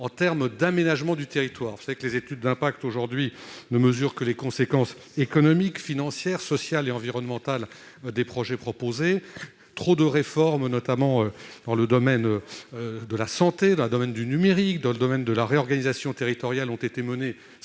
en termes d'aménagement du territoire. Actuellement, les études d'impact ne mesurent que les conséquences économiques, financières, sociales et environnementales des projets proposés. Trop de réformes, notamment dans les domaines de la santé, du numérique et de la réorganisation territoriale, ont été menées